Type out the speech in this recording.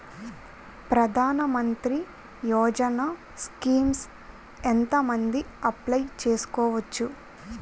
ప్రధాన మంత్రి యోజన స్కీమ్స్ ఎంత మంది అప్లయ్ చేసుకోవచ్చు?